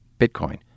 Bitcoin